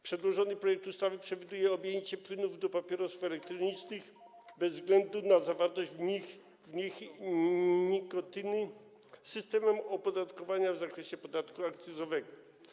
Przedłożony projekt ustawy przewiduje objęcie płynów do papierosów elektronicznych, bez względu na zawartość w nich nikotyny, systemem opodatkowania w zakresie podatku akcyzowego.